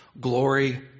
glory